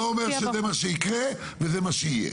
זה לא אומר שזה מה שיקרה וזה מה שיהיה.